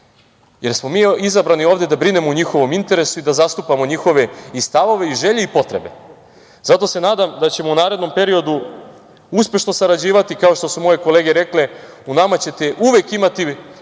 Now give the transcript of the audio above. jer smo mi izabrani ovde da brinemo u njihovom interesu i da zastupamo njihove stavove i želje i potrebe. Zato se nadam da ćemo u narednom periodu uspešno sarađivati, kao što su moje kolege rekle, u nama ćete uvek imati